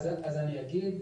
גיורא ואלה: אז אני אגיד,